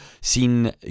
seen